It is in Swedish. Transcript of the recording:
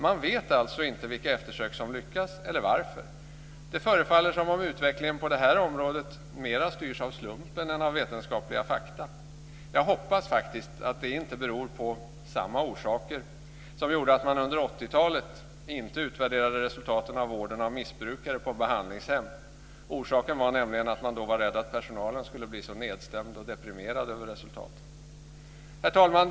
Man vet alltså inte vilka eftersök som lyckas eller varför. Det förefaller som om utvecklingen på det här området mera styrs av slumpen än av vetenskapliga fakta. Jag hoppas att det inte är av samma orsak som när man under 80-talet inte utvärderade resultaten av vården av missbrukare på behandligshem. Orsaken var nämligen att man då var rädd att personalen skulle bli så nedstämd och deprimerad över resultaten. Herr talman!